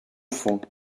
fond